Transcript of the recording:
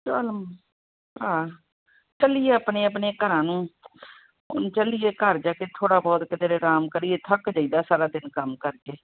ਚੱਲ ਆਹ ਚਲੀਏ ਆਪਣੇ ਆਪਣੇ ਘਰਾਂ ਨੂੰ ਹੁਣ ਚਲੀਏ ਘਰ ਜਾ ਕੇ ਥੋੜ੍ਹਾ ਬਹੁਤ ਕਿਧਰੇ ਅਰਾਮ ਕਰੀਏ ਥੱਕ ਜਾਈਦਾ ਸਾਰਾ ਦਿਨ ਕੰਮ ਕਰਕੇ